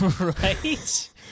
Right